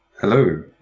hello